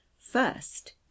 First